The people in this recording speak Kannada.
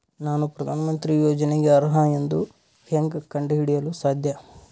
ನಾನು ಪ್ರಧಾನ ಮಂತ್ರಿ ಯೋಜನೆಗೆ ಅರ್ಹ ಎಂದು ಹೆಂಗ್ ಕಂಡ ಹಿಡಿಯಲು ಸಾಧ್ಯ?